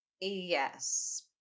Yes